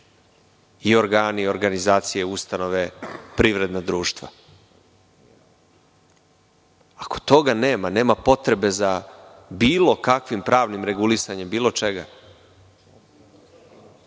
i organi i organizacije, ustanove, privredna društva. Ako toga nema, nema potrebe za bilo kakvim pravnim regulisanjem bilo čega.